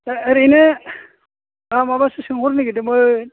ओरैनो आं माबासो सोंहरनो नागिरदोंमोन